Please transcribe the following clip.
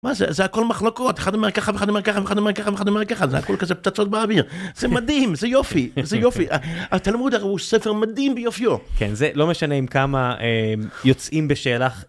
מה זה, זה הכל מחלוקות, אחד אמר ככה ואחד אמר ככה ואחד אמר ככה ואחד אמר ככה, זה הכל כזה פצצות באוויר, זה מדהים, זה יופי, זה יופי, התלמוד הרי ספר מדהים ביופיו. כן, זה, לא משנה עם כמה יוצאים בשאלה.